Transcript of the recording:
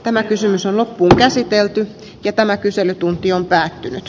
tämä kysymys on loppuun käsitelty ja tämä kyselytunti on päättynyt